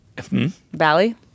valley